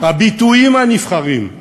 הביטויים הנבחרים,